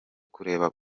kureba